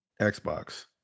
Xbox